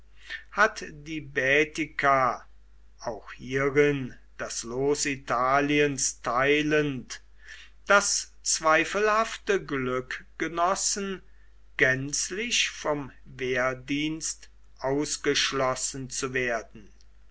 hat die baetica auch hierin das los italiens teilend das zweifelhafte glück genossen gänzlich vom wehrdienst ausgeschlossen zu werden